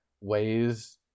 ways